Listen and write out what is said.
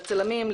לצלמים,